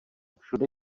všude